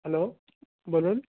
hello বলুন